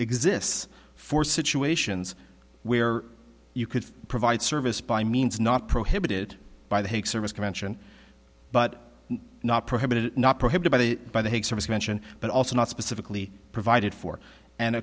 exists for situations where you could provide service by means not prohibited by the hague service convention but not prohibited not prohibited by the by the hague service mention but also not specifically provided for and